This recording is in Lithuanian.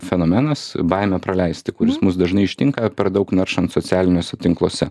fenomenas baimė praleisti kuris mus dažnai ištinka per daug naršant socialiniuose tinkluose